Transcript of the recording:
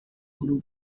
group